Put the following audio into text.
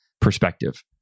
perspective